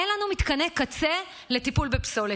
אין לנו מתקני קצה לטיפול בפסולת.